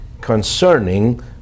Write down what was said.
concerning